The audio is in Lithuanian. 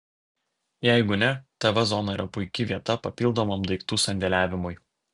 jeigu ne tv zona yra puiki vieta papildomam daiktų sandėliavimui